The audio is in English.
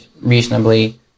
reasonably